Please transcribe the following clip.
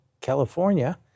California